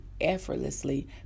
effortlessly